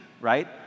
right